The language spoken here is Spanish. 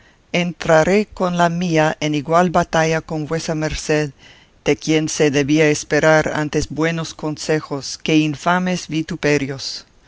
entraré con la mía en igual batalla con vuesa merced de quien se debía esperar antes buenos consejos que infames vituperios